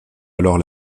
alors